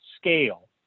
scale